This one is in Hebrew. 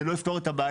זה לא יפתור את הבעיה.